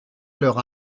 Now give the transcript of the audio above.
leur